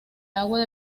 agua